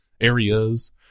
areas